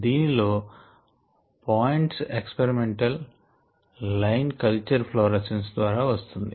దీనిలో points experimental line culture fluorescence ద్వారా వస్తుంది